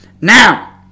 Now